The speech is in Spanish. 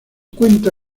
cuenta